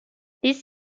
this